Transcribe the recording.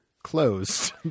Closed